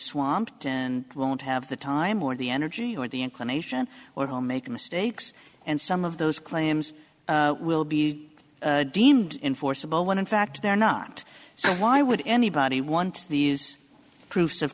swapped and won't have the time or the energy or the inclination or home make mistakes and some of those claims will be deemed enforceable when in fact they're not so why would anybody want these proofs of